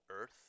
earth